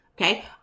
Okay